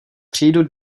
přijdu